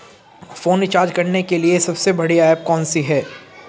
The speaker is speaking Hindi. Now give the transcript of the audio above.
फोन रिचार्ज करने के लिए सबसे बढ़िया ऐप कौन सी है?